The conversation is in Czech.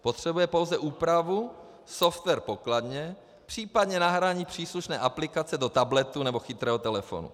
Potřebuje pouze úpravu, software k pokladně, případně nahrání příslušné aplikace do tabletu nebo chytrého telefonu.